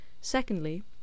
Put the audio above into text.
secondly